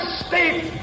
state